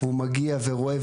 הוא מגיע ורואה,